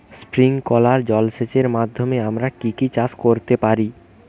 Sprinkler জলসেচের মাধ্যমে আমরা কি কি চাষ করতে পারি?